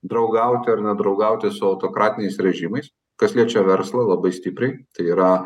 draugauti ar nedraugauti su autokratiniais režimais kas liečia verslą labai stipriai tai yra